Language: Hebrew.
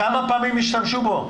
כמה פעמים השתמשו בו?